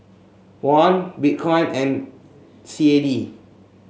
Won Bitcoin and C A D